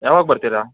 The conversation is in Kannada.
ಯಾವಾಗ ಬರ್ತೀರಾ